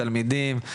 תלמידים,